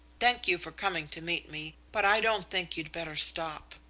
thank you for coming to meet me, but i don't think you'd better stop.